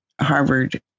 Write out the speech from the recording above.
Harvard